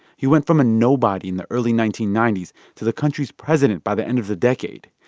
he went from a nobody in the early nineteen ninety s to the country's president by the end of the decade.